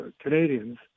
Canadians